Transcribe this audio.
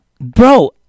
bro